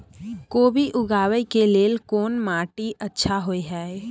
कोबी उगाबै के लेल कोन माटी अच्छा होय है?